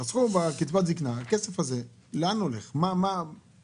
חסכו בקצבת הזקנה, ואני שואל לאן הולך הכסף הזה.